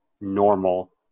normal